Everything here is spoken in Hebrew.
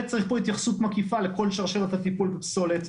צריך פה התייחסות מקיפה לכל שרשרת הטיפול בפסולת,